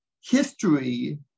history